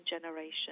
generation